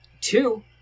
Two